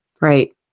Right